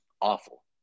awful